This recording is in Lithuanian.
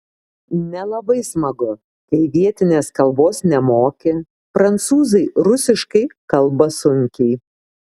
nelabai smagu kai vietinės kalbos nemoki prancūzai rusiškai kalba sunkiai